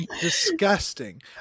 Disgusting